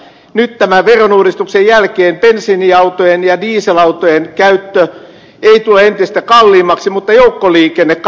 nyt tämän verouudistuksen jälkeen bensiiniautojen ja dieselautojen käyttö ei tule entistä kalliimmaksi mutta joukkoliikenne kallistuu